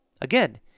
Again